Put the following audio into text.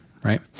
right